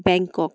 বেংকক